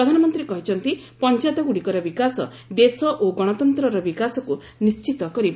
ପ୍ରଧାନମନ୍ତ୍ରୀ କହିଛନ୍ତି ପଞ୍ଚାୟତଗ୍ରଡ଼ିକର ବିକାଶ ଦେଶ ଓ ଗଣତନ୍ତ୍ରର ବିକାଶକ୍ତ ନିର୍ଚ୍ଚିତ କରିବ